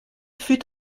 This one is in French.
fut